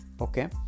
Okay